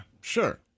Sure